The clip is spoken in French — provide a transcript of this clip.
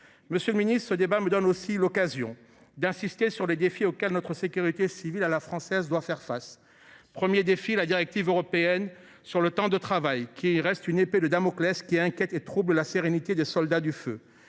Monsieur le ministre, ce débat me donne aussi l’occasion d’insister sur les défis auxquels notre sécurité civile à la française doit faire face. Le premier défi concerne la directive européenne sur le temps de travail. Ce texte reste une épée de Damoclès qui inquiète et trouble la sérénité des soldats du feu.